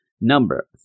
Number